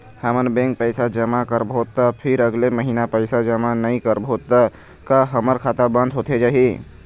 हमन बैंक पैसा जमा करबो ता फिर अगले महीना पैसा जमा नई करबो ता का हमर खाता बंद होथे जाही?